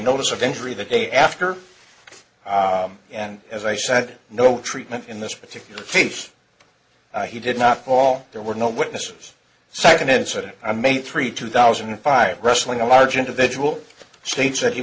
notice of injury the day after and as i said no treatment in this particular he did not call there were no witnesses cite an incident i made three two thousand and five wrestling a large individual states that he